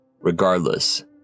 Regardless